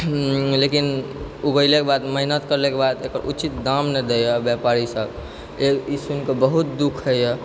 लेकिन उगैलेके बाद मेहनत केलाके बाद एकर उचित दाम नहि दै यऽ व्यापारी सब ई सुनिकऽ बहुत दुख हय यऽ